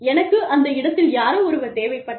எனக்கு அந்த இடத்தில் யாரோ ஒருவர் தேவைப்பட்டார்